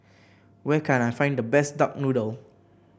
where can I find the best Duck Noodle